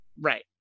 Right